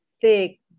thick